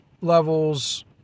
levels